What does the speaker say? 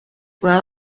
well